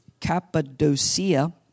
Cappadocia